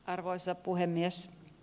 arvoisa puhemies